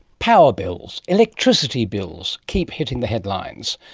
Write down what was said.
power bills, electricity bills, keep hitting the headlines.